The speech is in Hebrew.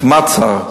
כמעט שר.